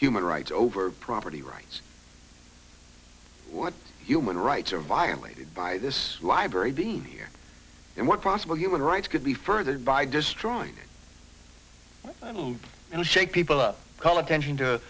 human rights over property rights what human rights are violated by this library vdare and what possible human rights could be furthered by destroyed and shake people up call attention to